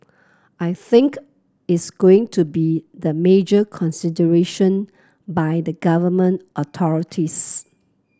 I think is going to be the major consideration by the Government authorities